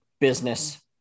business